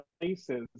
places